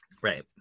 right